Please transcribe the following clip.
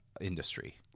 industry